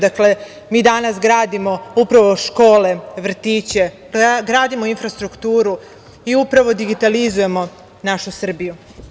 Dakle, mi danas gradimo upravo škole, vrtiće, gradimo infrastrukturu, i upravo digitalizujemo našu Srbiju.